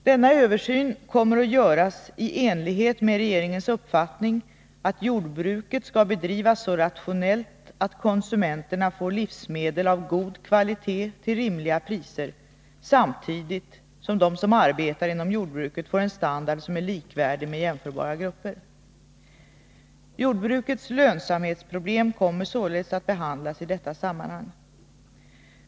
Denna översyn kommer att göras i enlighet med regeringens uppfattning att jordbruket skall bedrivas så rationellt att konsumenterna får livsmedel av god kvalitet till rimliga priser, samtidigt som de som arbetar inom jordbruket får en standard som är likvärdig med jämförbara grupper. Jordbrukets lönsamhetsproblem kommer således att behandlas i detta sammanhang.